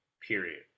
period